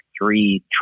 three